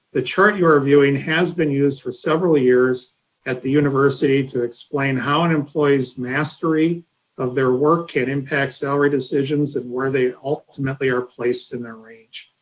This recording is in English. the chart you are viewing has been used for several years at the university to explain how an employee's mastery of their work can impact salary decisions and where they ultimately are placed in their range.